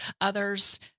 Others